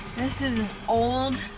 this is an old